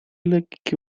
lekkie